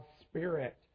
Spirit